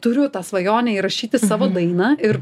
turiu tą svajonę įrašyti savo dainą ir